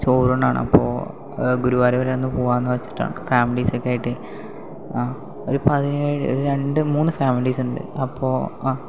ചോറൂണാണ് അപ്പോൾ ഗുരുവായൂർ വരെ ഒന്ന് പോകാമെന്ന് വച്ചിട്ടാണ് ഫാമിലീസ് ഒക്കെ ആയിട്ട് ആ ഒരു പതിനേഴ് ഒര് രണ്ട് മൂന്ന് ഫാമിലീസ് ഉണ്ട് അപ്പോൾ ആ